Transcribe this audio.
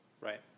Right